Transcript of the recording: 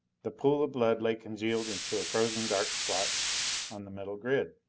the pool of blood lay congealed into a frozen dark splotch on the metal grid.